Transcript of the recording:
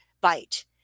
bite